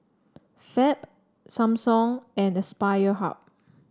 Fab Samsung and Aspire Hub